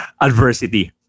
adversity